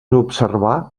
observar